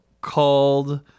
called